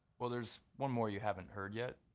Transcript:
well, there's one more you haven't heard yet.